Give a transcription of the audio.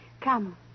Come